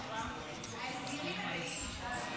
ההסגרים מלאים, שלום.